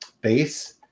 base